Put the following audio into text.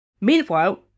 Meanwhile